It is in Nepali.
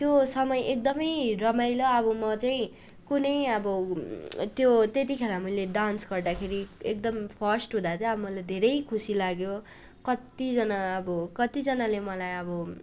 त्यो समय एकदमै रमाइलो अब म चाहिँ कुनै अब त्यो त्यतिखेर मैले डान्स गर्दाखेरि एकदम फर्स्ट हुँदा चाहिँ अब मलाई धेरै खुसी लाग्यो कतिजना अब कतिजनाले मलाई अब